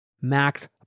Max